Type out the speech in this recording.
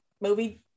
movie